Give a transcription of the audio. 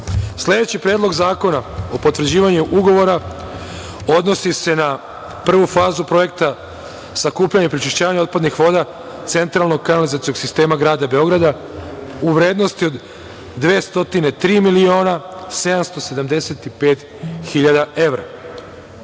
Predlog zakona o potvrđivanju Ugovora odnosi se na prvu fazu Projekta sakupljanja i prečišćavanja otpadnih voda centralnog kanalizacionog sistema Grada Beograda u vrednosti od 203 miliona 775 hiljada evra.